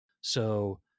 So-